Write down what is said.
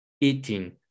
eating